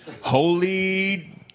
holy